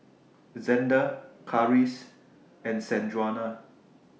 Xander Karis and Sanjuana